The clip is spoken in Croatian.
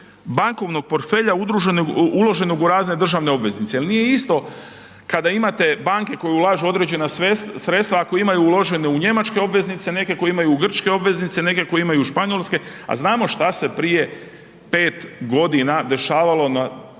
bankovnog portfelja uloženog u razne državne obveznice jer nije isto kada imate banke koja ulažu određena sredstva, ako imaju uložene u njemačke obveznice, neke koje imaju grčke obveznice, neke koje imaju španjolske, a znamo što se prije 5 godina dešavalo na tržištu